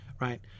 right